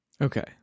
okay